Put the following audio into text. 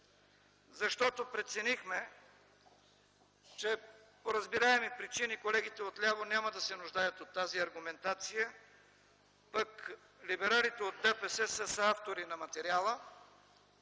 защото преценихме, че, по разбираеми причини, колегите отляво няма да се нуждаят от тази аргументация, пък либералите от ДПС са съавтори на материала.